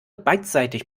beidseitig